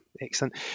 excellent